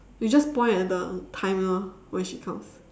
you just point at the timer when she comes